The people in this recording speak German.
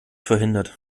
verhindert